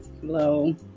Hello